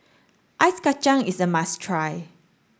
ice Kachang is a must try